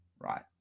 right